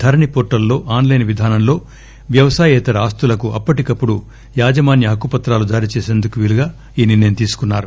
ధరణి portal లో ఆస్లైస్ విధానంలో వ్యవసాయేతర ఆస్తులకు అప్పటికప్పుడు యాజమాన్య హక్కు పత్రాలు జారీ చేసేందుకు వీలుగా ఈ నిర్ణయం తీసుకున్నారు